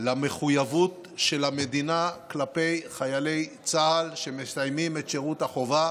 למחויבות של המדינה כלפי חיילי צה"ל שמסיימים את שירות החובה,